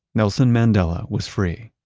nelson mandela was free.